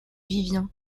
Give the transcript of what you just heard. vivien